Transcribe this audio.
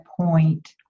point